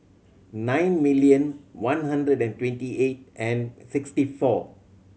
nine million one hundred and twenty eight and sixty four